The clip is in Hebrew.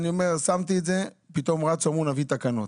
שמתי את זה ופתאום רצו ואמרו שנביא תקנות.